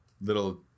little